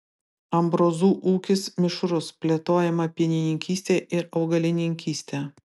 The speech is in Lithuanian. ambrozų ūkis mišrus plėtojama pienininkystė ir augalininkystė